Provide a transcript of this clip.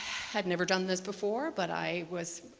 had never done this before, but i was